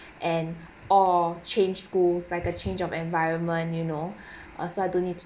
and or change schools like a change of environment you know err suddenly